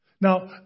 Now